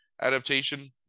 adaptation